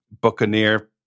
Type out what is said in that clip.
buccaneer